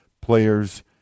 players